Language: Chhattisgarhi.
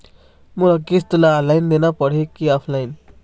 मोला किस्त ला ऑनलाइन देना पड़ही की ऑफलाइन?